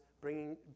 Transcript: bringing